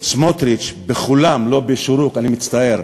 סמוֹטריץ, בחולם, לא בשורוק, אני מצטער.